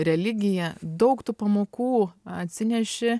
religija daug tų pamokų atsineši